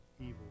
evil